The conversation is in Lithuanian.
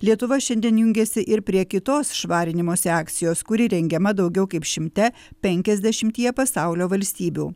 lietuva šiandien jungiasi ir prie kitos švarinimosi akcijos kuri rengiama daugiau kaip šimte penkiasdešimtyje pasaulio valstybių